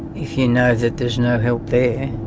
if you know that there's no help there.